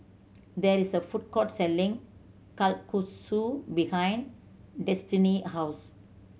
there is a food court selling Kalguksu behind Destinee house